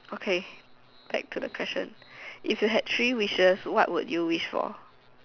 okay back to the question if you had three wishes what would you wish for